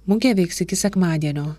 mugė veiks iki sekmadienio